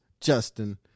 Justin